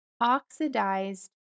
oxidized